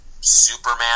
Superman